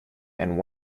and